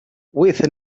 with